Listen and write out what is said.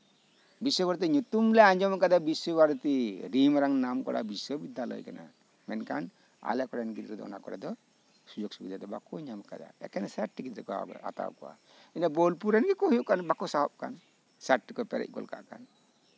ᱵᱤᱥᱥᱚ ᱵᱷᱟᱨᱚᱛᱤ ᱧᱩᱛᱩᱢ ᱞᱮ ᱟᱸᱡᱚᱢ ᱟᱠᱟᱫᱟ ᱵᱤᱥᱥᱚ ᱵᱷᱟᱨᱚᱛᱤ ᱟᱹᱰᱤ ᱢᱟᱨᱟᱝ ᱱᱟᱢ ᱠᱚᱨᱟ ᱵᱤᱥᱥᱚ ᱵᱤᱫᱽᱫᱟᱞᱚᱭ ᱠᱟᱱᱟ ᱢᱮᱱᱠᱷᱟᱱ ᱟᱞᱮ ᱠᱚᱨᱮᱱ ᱜᱤᱫᱽᱨᱟᱹ ᱫᱚ ᱚᱱᱟ ᱠᱚᱨᱮ ᱥᱩᱡᱳᱜ ᱥᱩᱵᱤᱫᱷᱟ ᱫᱚ ᱵᱟᱠᱚ ᱧᱟᱢ ᱟᱠᱟᱫᱟ ᱮᱠᱮᱱ ᱥᱟᱴᱴᱤ ᱜᱤᱫᱽᱨᱟᱹ ᱠᱚ ᱦᱟᱛᱟᱣ ᱠᱚᱣᱟ ᱤᱱᱟᱹ ᱵᱳᱞᱯᱩᱨ ᱨᱮᱱ ᱜᱮᱠᱚ ᱦᱩᱭᱩᱜ ᱠᱟᱱ ᱵᱟᱠᱚ ᱥᱟᱦᱚᱵᱽ ᱠᱟᱱ ᱥᱟᱴᱴᱤ ᱠᱚ ᱯᱮᱨᱮᱡᱽ ᱜᱚᱫ ᱠᱟᱜ ᱠᱟᱱ